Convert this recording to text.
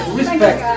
Respect